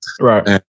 Right